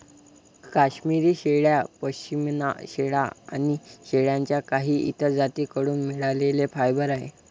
काश्मिरी शेळ्या, पश्मीना शेळ्या आणि शेळ्यांच्या काही इतर जाती कडून मिळालेले फायबर आहे